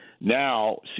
now